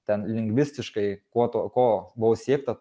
ten lingvistiškai kuo to ko buvo siekta